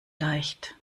leicht